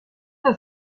una